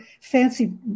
fancy